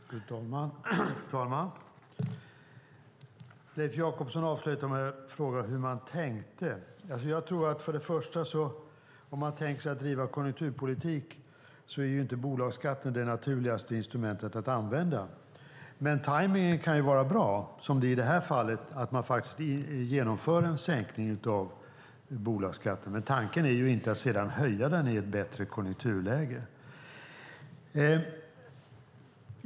Fru talman! Leif Jakobsson avslutade med att fråga hur man tänkte. Om man tänker sig att bedriva konjunkturpolitik är inte bolagsskatten det naturligaste instrumentet att använda. Tajmningen kan vara bra för en sänkning av bolagsskatten, som i det här fallet. Men tanken är inte att sedan höja den i ett bättre konjunkturläge.